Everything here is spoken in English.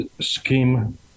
scheme